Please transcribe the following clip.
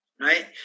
right